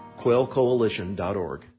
quailcoalition.org